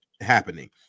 happening